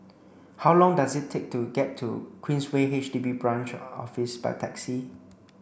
how long does it take to get to Queensway H D B Branch Office by taxi